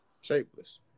shapeless